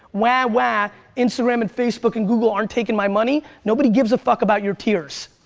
wah-wah. instagram and facebook and google aren't taking my money. nobody gives a fuck about your tears.